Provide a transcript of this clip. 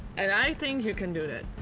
and i think you can do that.